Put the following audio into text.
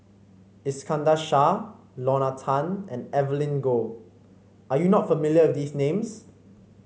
Iskandar Shah Lorna Tan and Evelyn Goh are you not familiar with these names